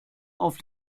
auf